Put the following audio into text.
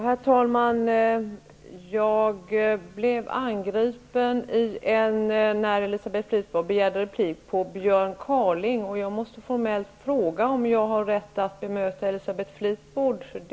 Herr talman! Jag blev angripen i den replik som Elisabeth Fleetwood begärde på Björn Kaalings anförande. Jag måste formellt fråga om jag har rätt att bemöta Elisabeth Fleetwood.